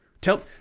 tell